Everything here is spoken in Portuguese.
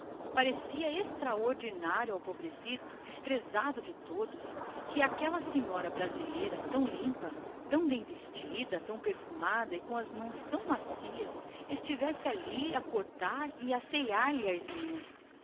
afigurava-se extraordinário ao pobrezito desprezado de todos que aquela senhora brasileira tão limpa tão bem vestida tão perfumada e com as mãos tão macias estivesse ali a cortar lhe e assear lhe as unhas